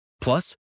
Plus